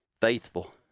Faithful